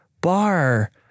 bar